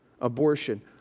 abortion